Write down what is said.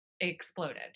exploded